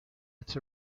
its